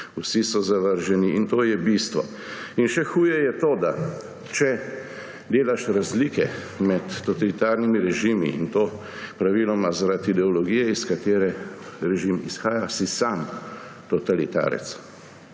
vsi zavržni in to je bistvo. Še huje je to, da če delaš razlike med totalitarnimi režimi, in to praviloma zaradi ideologije, iz katere režim izhaja, si sam totalitarec,